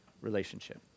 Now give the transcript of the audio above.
relationship